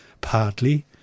partly